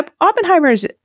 Oppenheimer's